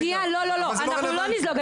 ועוד חברי כנסת אחרים לא רק מהחברה הערבית,